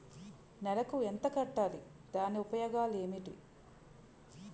నెలకు ఎంత కట్టాలి? దాని ఉపయోగాలు ఏమిటి?